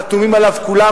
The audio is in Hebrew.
חתומים עליו כולם,